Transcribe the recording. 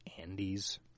Andes